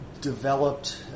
developed